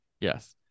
Yes